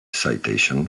citation